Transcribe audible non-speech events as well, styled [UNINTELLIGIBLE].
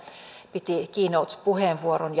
piti keynote puheenvuoron [UNINTELLIGIBLE]